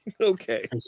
Okay